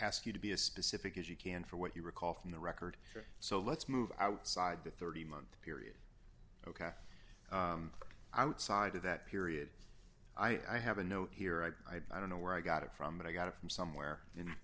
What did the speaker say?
ask you to be a specific if you can for what you recall from the record so let's move outside the thirty month period ok out side of that period i have a note here i don't know where i got it from but i got it from somewhere